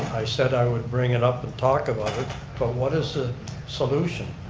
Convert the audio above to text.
i said i would bring it up and talk about it but what is the solution?